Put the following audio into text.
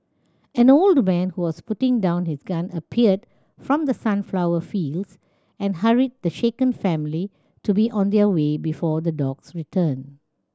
an old man who was putting down his gun appeared from the sunflower fields and hurried the shaken family to be on their way before the dogs return